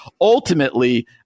ultimately